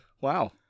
wow